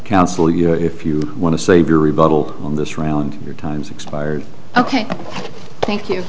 council you know if you want to save your rebuttal on this round your time's expired ok thank you